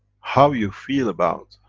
how you feel about